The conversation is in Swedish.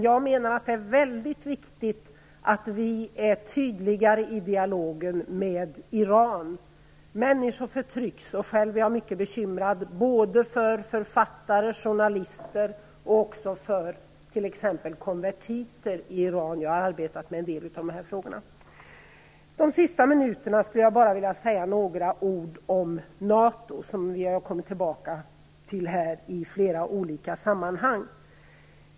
Jag menar att det är väldigt viktigt att vi är tydliga i dialogen med Iran. Människor förtrycks, och jag är själv mycket bekymrad för författare, för journalister och även för t.ex. konvertiter i Iran. Jag har arbetat med en del av de här frågorna. Under de sista minuterna skulle jag bara vilja säga några ord om NATO, som vi har kommit tillbaka till här i flera olika sammanhang.